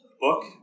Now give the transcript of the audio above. book